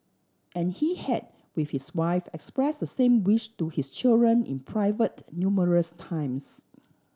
and he had with his wife express the same wish to his children in private numerous times